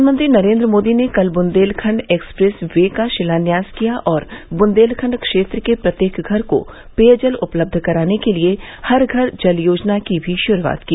प्रधानमंत्री नरेंद्र मोदी ने कल ब्रंदेलखण्ड एक्सप्रेस वे का शिलान्यास किया और बुंदेलखण्ड क्षेत्र के प्रत्येक घर को पेयजल उपलब्ध कराने के लिए हर घर जल योजना की भी शुरूआत की